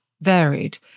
varied